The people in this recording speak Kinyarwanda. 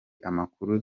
amakuru